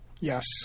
Yes